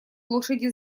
лошади